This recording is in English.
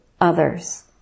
others